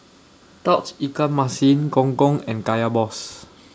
Tauge Ikan Masin Gong Gong and Kaya Balls